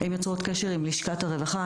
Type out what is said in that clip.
הן יוצרות קשר עם לשכת הרווחה,